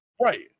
Right